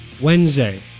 Wednesday